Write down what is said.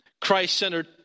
Christ-centered